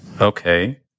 Okay